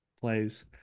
plays